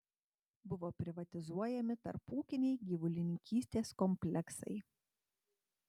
buvo privatizuojami tarpūkiniai gyvulininkystės kompleksai